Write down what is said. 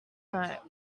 note